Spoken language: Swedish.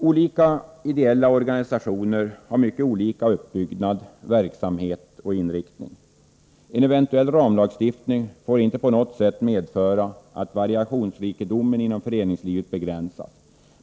Olika ideella organisationer har mycket olika uppbyggnad, verksamhet och inriktning. En eventuell ramlagstiftning får inte på något sätt medföra att variationsrikedomen inom föreningslivet begränsas.